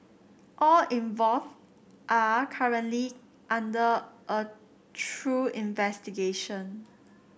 all involved are currently under a through investigation